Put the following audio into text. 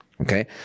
Okay